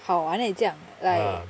好玩 eh 这样 like